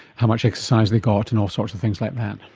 how much exercise they got and all sorts of things like that.